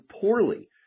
poorly